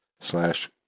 slash